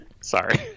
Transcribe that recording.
Sorry